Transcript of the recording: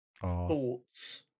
thoughts